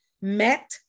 met